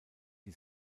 die